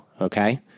okay